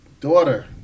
Daughter